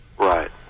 Right